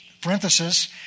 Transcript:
parenthesis